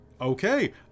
Okay